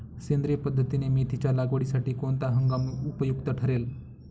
सेंद्रिय पद्धतीने मेथीच्या लागवडीसाठी कोणता हंगाम उपयुक्त ठरेल?